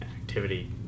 activity